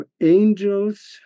Angels